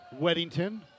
Weddington